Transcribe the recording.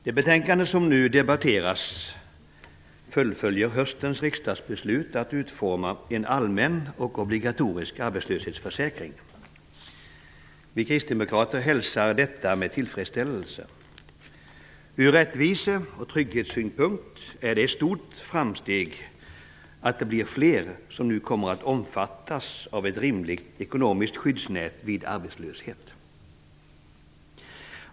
Herr talman! Det betänkande som nu debatteras fullföljer höstens riksdagsbeslut om att en allmän och obligatorisk arbetslöshetsförsäkring skall utformas. Vi kristdemokrater hälsar detta med tillfredsställelse. Ur rättvise och trygghetssynpunkt är det ett stort framsteg att det blir fler som nu kommer att omfattas av ett rimligt ekonomiskt skyddsnät vid arbetslöshet.